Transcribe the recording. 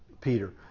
Peter